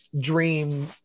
dream